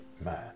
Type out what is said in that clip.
man